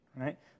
right